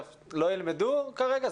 לא ילמדו כרגע?